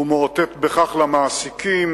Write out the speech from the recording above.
הוא מאותת בכך למעסיקים